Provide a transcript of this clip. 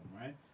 right